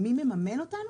מי מממן אותנו?